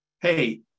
hey